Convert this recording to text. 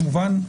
כמובן,